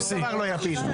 שום דבר לא יפיל.